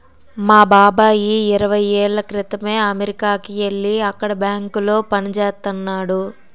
మా బాబాయి ఇరవై ఏళ్ళ క్రితమే అమెరికాకి యెల్లి అక్కడే బ్యాంకులో పనిజేత్తన్నాడు